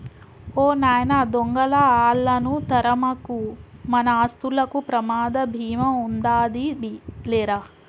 ఓ నాయన దొంగలా ఆళ్ళను తరమకు, మన ఆస్తులకు ప్రమాద భీమా ఉందాది లేరా